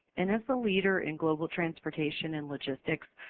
and as a leader in global transportation and logistics,